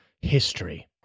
history